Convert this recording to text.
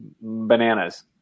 bananas